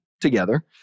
together